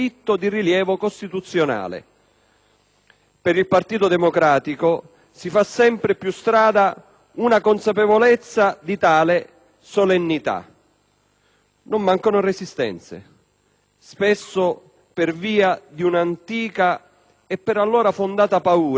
Per il Partito Democratico si fa sempre più strada una consapevolezza di tale solennità, anche se non mancano resistenze spesso per un'antica e per allora fondata paura che la sicurezza possa restringere